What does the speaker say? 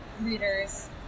readers